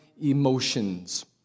emotions